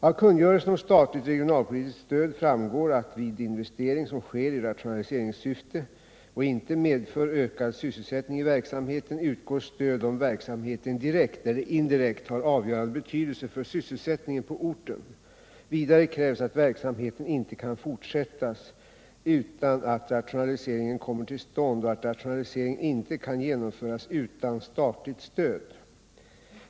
Av kungörelsen om statligt regionalpolitiskt stöd framgår att vid investering som sker i rationaliseringssyfte och inte medför ökad sysselsättning i verksamheten utgår stöd om verksamheten direkt eller indirekt har avgörande betydelse för sysselsättningen på orten. Vidare krävs att verksamheten inte kan fortsättas utan att rationaliseringen kommer till stånd och att rationaliseringen inte kan genomföras utan statligt stöd.